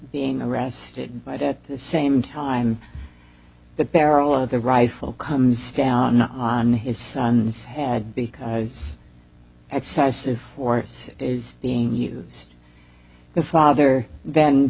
being arrested but at the same time the barrel of the rifle comes down on his son's head because it says force is being used the father th